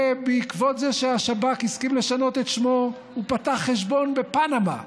ובעקבות זה שהשב"כ הסכים לשנות את שמו הוא פתח חשבון בפנמה,